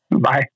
Bye